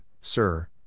Sir